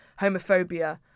homophobia